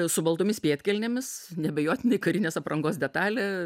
su baltomis pėdkelnėmis neabejotinai karinės aprangos detalė